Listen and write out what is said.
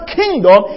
kingdom